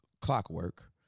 clockwork